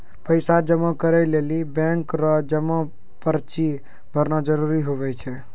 पैसा जमा करै लेली बैंक रो जमा पर्ची भरना जरूरी हुवै छै